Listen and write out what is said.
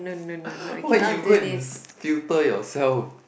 what you go and filter yourself